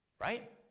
Right